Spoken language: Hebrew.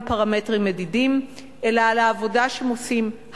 פרמטרים מדידים אלא על העבודה שהם עושים,